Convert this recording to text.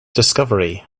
discovery